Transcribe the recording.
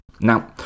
Now